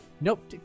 Nope